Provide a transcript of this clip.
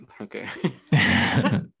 Okay